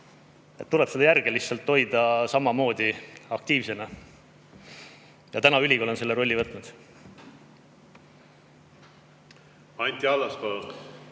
Tuleb seda järge lihtsalt hoida samamoodi aktiivsena. Ja ülikool on selle rolli võtnud. Anti Allas,